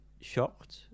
shocked